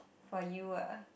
for you ah